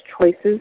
choices